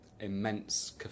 immense